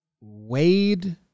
Wade